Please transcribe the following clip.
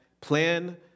plan